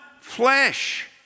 flesh